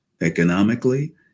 economically